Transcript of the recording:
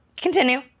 Continue